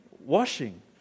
washing